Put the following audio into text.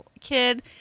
kid